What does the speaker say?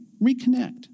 Reconnect